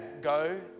go